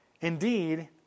Indeed